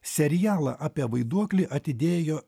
serialą apie vaiduoklį atidėjo